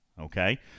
Okay